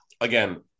again